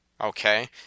Okay